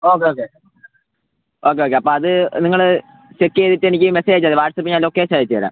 okay okay okay okay അപ്പോൾ അത് നിങ്ങൾ ചെക്ക് ചെയ്തിട്ടെനിക്ക് മെസ്സേജ് അയച്ചാൽ മതി വാട്ട്സ്ആപ്പിൽ ഞാൻ ലൊക്കേഷൻ അയച്ചുതരാം